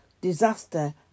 disaster